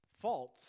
false